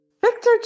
Victor